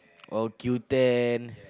or Q-ten